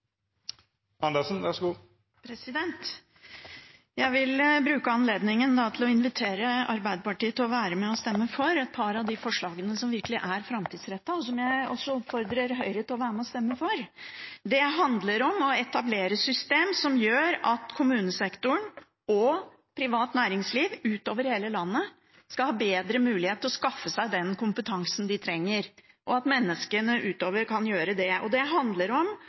stemme for et par av de forslagene som virkelig er framtidsrettede, og som jeg også oppfordrer Høyre til å være med og stemme for. Det handler om å etablere et system som gjør at kommunesektoren og privat næringsliv utover hele landet skal ha bedre mulighet til å skaffe seg den kompetansen de trenger, og at menneskene utover kan gjøre det. Det handler om å få på plass grunnfinansiering for koordineringsfunksjon for desentralisert høyere utdanning. Det har Arbeiderpartiet og SV vært enige om før. Det ser ikke ut som om